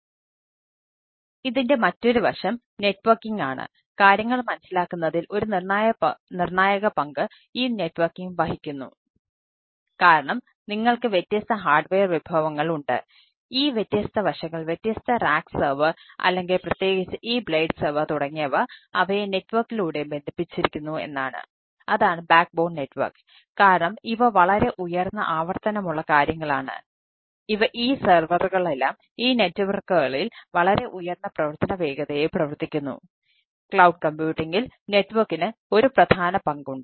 അതിനാൽ ഇതിൻറെ മറ്റൊരു വശം നെറ്റ്വർക്കിംഗ് ഒരു പ്രധാന പങ്കുണ്ട്